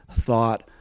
thought